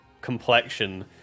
complexion